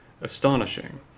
astonishing